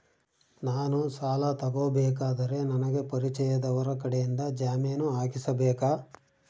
ನಾನು ಸಾಲ ತಗೋಬೇಕಾದರೆ ನನಗ ಪರಿಚಯದವರ ಕಡೆಯಿಂದ ಜಾಮೇನು ಹಾಕಿಸಬೇಕಾ?